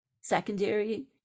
secondary